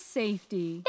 safety